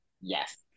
yes